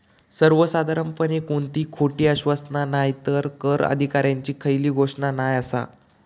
सर्वसाधारणपणे कोणती खोटी आश्वासना नायतर कर अधिकाऱ्यांची खयली घोषणा नाय आसा